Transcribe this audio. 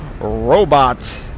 robot